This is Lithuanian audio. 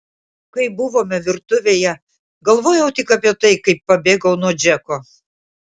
kai buvome virtuvėje galvojau tik apie tai kaip pabėgau nuo džeko